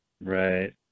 Right